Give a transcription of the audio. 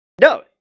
no